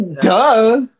duh